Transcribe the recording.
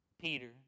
Peter